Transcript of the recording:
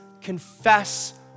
confess